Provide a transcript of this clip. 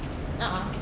(uh huh)